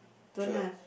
twelve